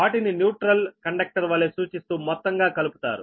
వాటిని neutral conductor వలె సూచిస్తూ మొత్తంగా కలుపుతారు